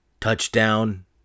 touchdown